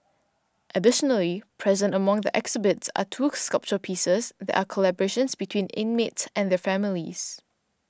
additionally present among the exhibits are two sculpture pieces that are collaborations between inmates and their families